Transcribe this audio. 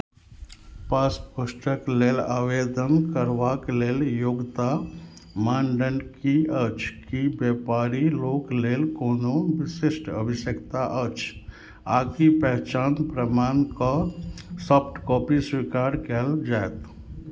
पासपोर्टक लेल आवेदन करबाक लेल योग्यता मानदण्ड की अछि की व्यापारी लोक लेल कोनो विशिष्ट आवश्यकता अछि आ की पहचान प्रमाणके सॉफ्ट कॉपी स्वीकार कयल जायत